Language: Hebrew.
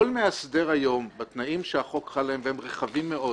כל מאסדר היום בתנאים שהחוק חל עליהם והם רחבים מאוד,